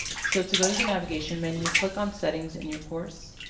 so, to go to the navigation menu, click on settings in your course.